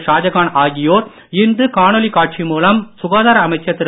ஷாஜகான் ஆகியோர் இன்று காணொளி காட்சி மூலம் சுகாதார அமைச்சர் திரு